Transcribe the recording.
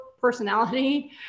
personality